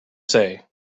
say